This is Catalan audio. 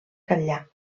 catllar